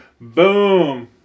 Boom